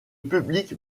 public